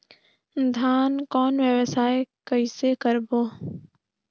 धान कौन व्यवसाय कइसे करबो?